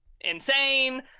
insane